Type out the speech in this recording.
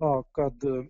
na kad